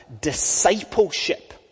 discipleship